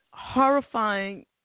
horrifying